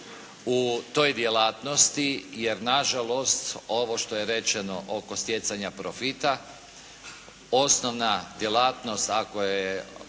u toj djelatnosti jer na žalost ovo što je rečeno oko stjecanja profita osnovna djelatnost ako je